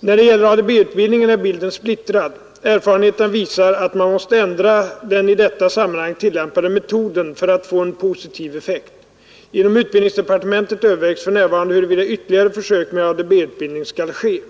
När det gäller ADB-utbildningen är bilden splittrad. Erfarenheterna visar att man måste ändra den i detta sammanhang tillämpade metoden för att få en positiv effekt. Inom utbildningsdepartementet övervägs för närvarande huruvida ytterligare försök med ADB-utbildningen skall ske.